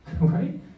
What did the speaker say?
Right